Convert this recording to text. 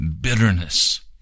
bitterness